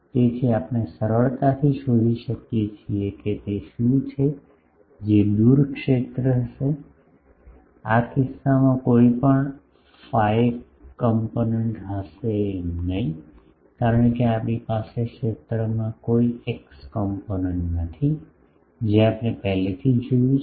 તેથી આપણે સરળતાથી શોધી શકીએ છીએ કે તે શું છે જે દૂર ક્ષેત્ર હશે આ કિસ્સામાં કોઈ પણ ફાઇ કમ્પોનન્ટ હશે નહીં કારણ કે આપણી પાસે ક્ષેત્રમાં કોઈ એક્સ કમ્પોનન્ટ નથી જે આપણે પહેલાથી જોયું છે